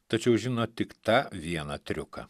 tačiau žino tik tą vieną triuką